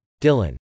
Dylan